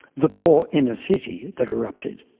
the poor inner city, that erupted.